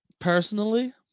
Personally